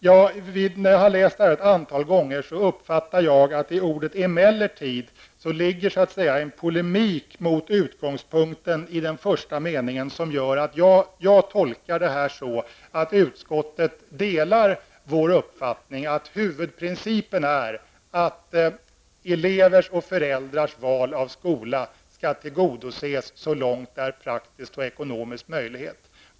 Efter att ha läst dessa meningar ett antal gånger uppfattade jag att i ordet ''emellertid'' ligger så att säga en polemik mot utgångspunkten i den första meningen, vilket gör att jag tolkar detta så att utskottet delar vår uppfattning att huvudprincipen är att elevers och föräldrars önskan om placering vid viss skola skall tillgodoses så långt det är praktiskt och ekonomiskt möjligt.